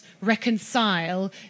reconcile